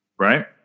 right